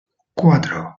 cuatro